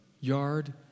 yard